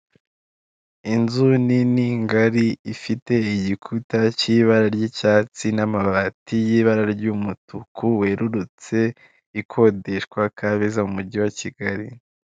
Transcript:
Inzu nini ngari ifite igikuta cy'ibara ry'icyatsi, n'amabati y'ibara ry'umutuku werurutse ikodeshwa Kabeza mu mujyi wa Kigali.